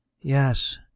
Yes